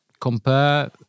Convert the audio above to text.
compare